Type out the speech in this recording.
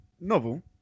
novel